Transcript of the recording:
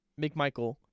McMichael